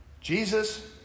Jesus